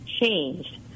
changed